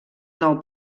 nou